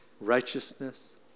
righteousness